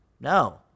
no